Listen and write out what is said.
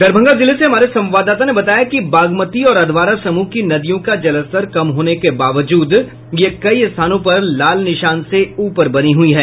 दरभंगा जिले से हमारे संवाददाता ने बताया कि बागमती और अधवारा समूह की नदियों का जलस्तर कम होने के बावजूद यह कई स्थानों पर लाल निशान से ऊपर बनी हुई है